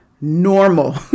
normal